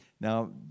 Now